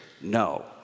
no